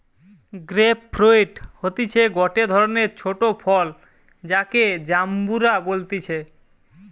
grape fruit হতিছে গটে ধরণের ছোট ফল যাকে জাম্বুরা বলতিছে